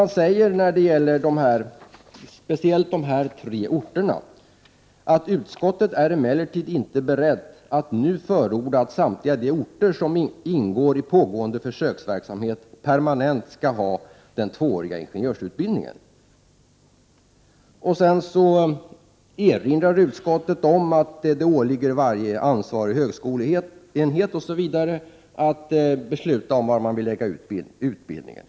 När det gäller de här tre orterna säger utskottsmajoriteten: ”Utskottet är emellertid inte berett att nu förorda att samtliga de orter som ingår i pågående försöksverksamhet permanent skall ha den tvååriga ingenjörsutbildningen.” Sedan erinrar utskottet om att det åligger varje ansvarig högskoleenhet att besluta om var man vill lägga ut utbildningen.